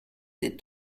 des